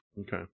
Okay